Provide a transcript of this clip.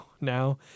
now